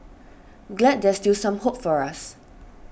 glad there's still some hope for us